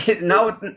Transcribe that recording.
No